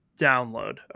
Download